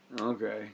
okay